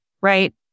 right